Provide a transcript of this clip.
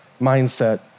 mindset